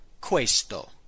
questo